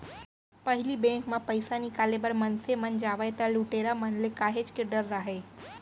पहिली बेंक म पइसा निकाले बर मनसे मन जावय त लुटेरा मन ले काहेच के डर राहय